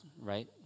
right